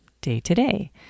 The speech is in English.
day-to-day